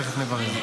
תכף נברר.